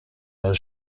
برای